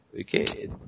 Okay